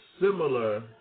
similar